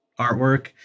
artwork